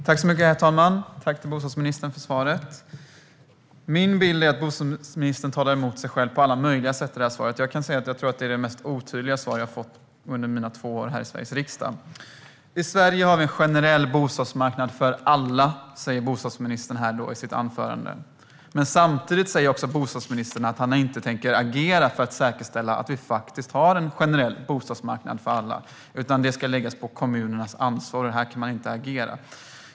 Herr talman! Tack, bostadsministern, för svaret! Min bild är att bostadsministern talar emot sig själv på alla möjliga sätt i svaret. Jag tror att det är det mest otydliga svar jag fått under mina två år här i Sveriges riksdag. I Sverige har vi en generell bostadsmarknad för alla, säger bostadsministern i sitt interpellationssvar. Samtidigt säger bostadsministern att han inte tänker agera för att säkerställa att vi faktiskt har en generell bostadsmarknad för alla, utan det ska läggas på kommunernas ansvar.